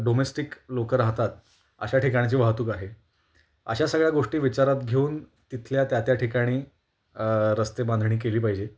domestic लोकं राहतात अशा ठिकाणीची वाहतूक आहे अशा सगळ्या गोष्टी विचारात घेऊन तिथल्या त्या त्या ठिकाणी रस्ते बांधणी केली पाहिजे